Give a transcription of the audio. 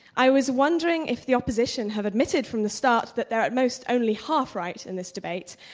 i was wondering if the opposition have admitted from the start that they're at most only half-right in this debate,